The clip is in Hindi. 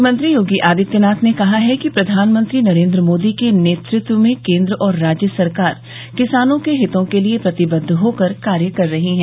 मुख्यमंत्री योगी आदित्यनाथ ने कहा है कि प्रधानमंत्री नरेन्द्र मोदी के नेतृत्व में केन्द्र और राज्य सरकार किसानों के हितों के लिए प्रतिबद्ध होकर कार्य कर रही हैं